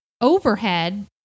overhead